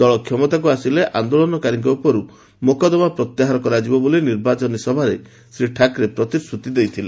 ଦଳ କ୍ଷମତାକୁ ଆସିଥିଲେ ଆନ୍ଦୋଳନାକାରୀଙ୍କ ଉପରୁ ମକଦ୍ଦୋମା ପ୍ରତ୍ୟାହାର କରାଯିବ ବୋଲି ନିର୍ବାଚନ ସଭାରେ ଶ୍ରୀ ଠାକରେ ପ୍ରତିଶ୍ରତି ଦେଇଥିଲେ